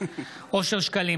אושר שקלים,